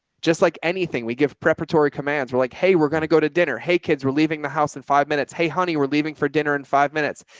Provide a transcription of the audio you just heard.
just like anything we give preparatory commands. we're like, hey, we're going to go to dinner. hey kids, we're leaving the house at and five minutes. hey honey, we're leaving for dinner in five minutes.